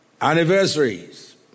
anniversaries